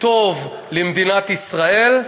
טוב למדינת ישראל,